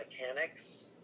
mechanics